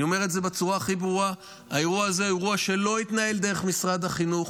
אני אומר בצורה מאוד ברורה: האירוע הזה לא יתנהל דרך משרד החינוך.